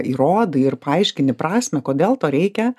įrodai ir paaiškinti prasmę kodėl to reikia